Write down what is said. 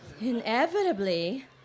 Inevitably